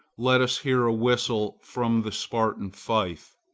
let us hear a whistle from the spartan fife.